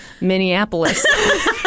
Minneapolis